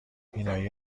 بینایی